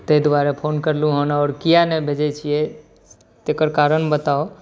ताहि दुआरे फोन करलहुँ हँ आओर किएक नहि भेजै छिए तकर कारण बताउ